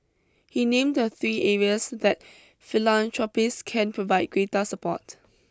he named the three areas that philanthropists can provide greater support